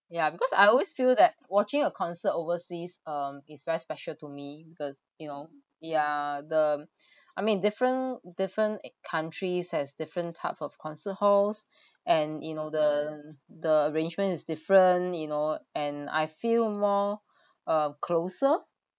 ya because I always feel that watching a concert overseas um it's very special to me because you know yeah the I mean different different countries has different type of concert halls and you know the the arrangement is different you know and I feel more uh closer